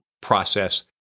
process